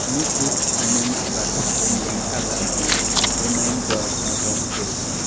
मुथूट फाइनेन्सबाट होम लोनका लागि रिमाइन्डर मेटाउनुहोस्